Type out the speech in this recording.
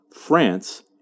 France